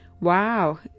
wow